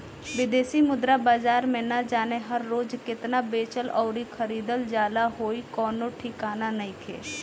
बिदेशी मुद्रा बाजार में ना जाने हर रोज़ केतना बेचल अउरी खरीदल जात होइ कवनो ठिकाना नइखे